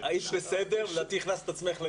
ואז אני ארצה להעביר את זכות הדיבור